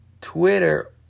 Twitter